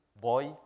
boy